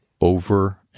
over